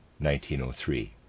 1903